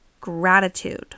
gratitude